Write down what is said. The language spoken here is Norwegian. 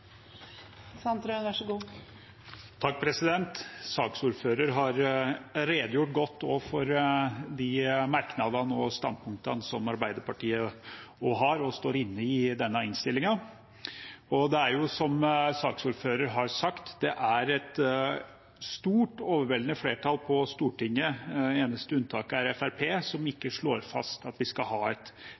har redegjort godt for de merknadene og standpunktene som også Arbeiderpartiet har og står inne i i denne innstillingen. Som saksordføreren har sagt, er det et stort, overveldende flertall på Stortinget – det eneste unntaket er Fremskrittspartiet – som slår fast at vi skal ha